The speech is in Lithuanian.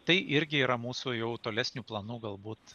tai irgi yra mūsų jau tolesnių planų galbūt